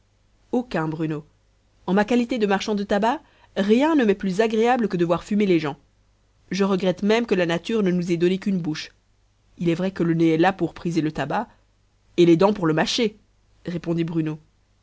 aucun bruno en ma qualité de marchand de tabac rien ne m'est plus agréable que de voir fumer les gens je regrette même que la nature ne nous ait donné qu'une bouche il est vrai que le nez est là pour priser le tabac et les dents pour le mâcher répondit bruno